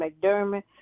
McDermott